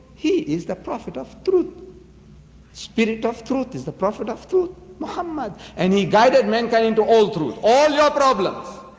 he is the prophet of truth spirit of truth is the prophet of truth muhammad and he guided mankind into all truth all your problems